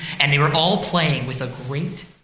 and they were all playing with a great,